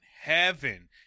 heaven